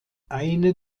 eine